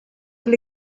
will